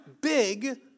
big